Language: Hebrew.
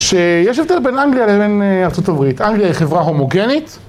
שיש הבדל בין אנגליה לבין ארה״ב, אנגליה היא חברה הומוגנית.